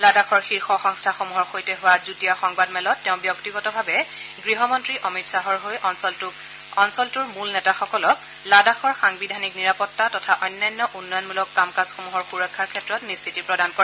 লাডাখৰ শীৰ্ষ সংস্থাসমূহৰ সৈতে হোৱা যুটীয়া সংবাদমেলত তেওঁ ব্যক্তিগতভাৱে গৃহমন্ত্ৰী অমিত শ্বাহৰ হৈ অঞ্চলটোক মূল নেতাসকলক লাডাখৰ সাংবিধানিক নিৰাপত্তা তথা অন্যান্য উন্নয়নমূলক কাম কাজ সমূহৰ সুৰক্ষাৰ ক্ষেত্ৰত নিশ্চিতি প্ৰদান কৰে